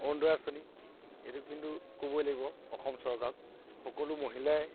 অৰুণোদয় আঁচনি এইটো কিন্তু ক'বই লাগিব অসম চৰকাৰক সকলো মহিলাই